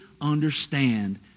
understand